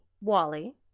Wally